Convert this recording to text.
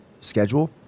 schedule